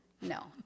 no